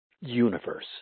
universe